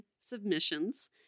submissions